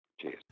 Cheers